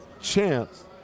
chance